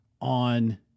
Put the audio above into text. on